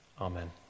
Amen